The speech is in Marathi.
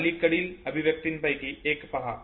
अलीकडील अभिव्यक्तींपैकी एक पहा